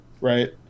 Right